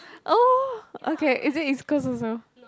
oh okay is it East-Coast also